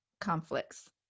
conflicts